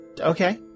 Okay